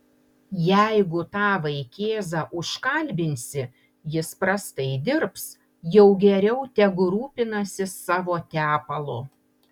jeigu tą vaikėzą užkalbinsi jis prastai dirbs jau geriau tegu rūpinasi savo tepalu